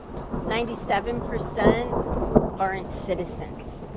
ninety seven percent aren't citizens.